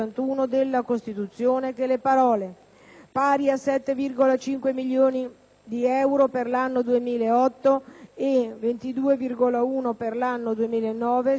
"pari a 7,5 milioni di euro per l'anno 2008 e 22,1 per l'anno 2009, si provvede", siano sostituite dalle altre: